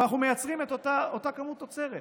אבל אנחנו מייצרים את אותה כמות תוצרת.